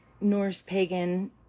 Norse-Pagan